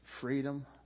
freedom